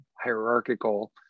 hierarchical